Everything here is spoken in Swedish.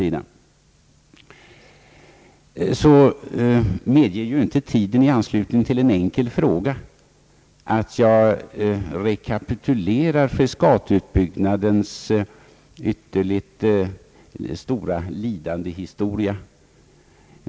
Tiden i anslutning till en enkel fråga medger dock inte nu att jag rekapitulerar Frescatiutbyggnadens hela lidandeshistoria.